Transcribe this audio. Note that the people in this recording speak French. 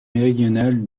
méridional